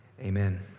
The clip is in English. amen